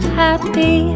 happy